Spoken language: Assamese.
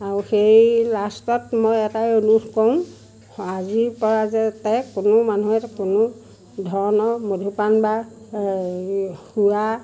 আৰু সেই লাষ্টত মই এটাই অনুৰোধ কৰোঁ আজিৰ পৰা যাতে কোনো মানুহে কোনো ধৰণৰ মদ্যপান বা সুৰা